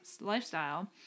lifestyle